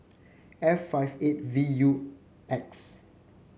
F five eight V U X